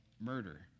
murder